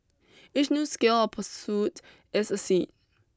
each new skill or pursuit is a seed